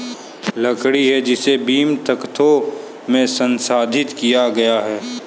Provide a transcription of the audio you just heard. लकड़ी है जिसे बीम, तख्तों में संसाधित किया गया है